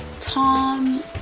Tom